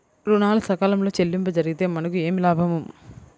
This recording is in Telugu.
ఋణాలు సకాలంలో చెల్లింపు జరిగితే మనకు ఏమి లాభం?